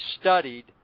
studied